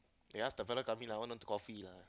you ask the fella come in I want coffee lah